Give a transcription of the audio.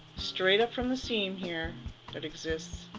straight up from the seam here that exists